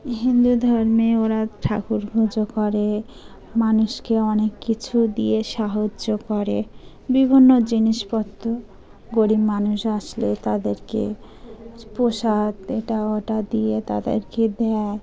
হিন্দু ধর্মে ওরা ঠাকুর পুজো করে মানুষকে অনেক কিছু দিয়ে সাহায্য করে বিভিন্ন জিনিসপত্র গরিব মানুষ আসলে তাদেরকে প্রসাদ এটা ওটা দিয়ে তাদেরকে দেয়